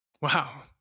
Wow